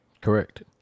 Correct